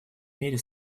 мере